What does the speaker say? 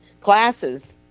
classes